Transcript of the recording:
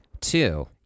Two